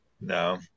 No